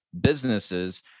businesses